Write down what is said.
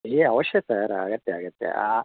ಏ ಅವಶ್ಯ ಸರ್ ಅಗತ್ಯ ಅಗತ್ಯ ಆ